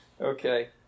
okay